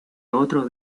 otros